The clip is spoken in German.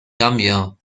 gambia